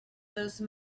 those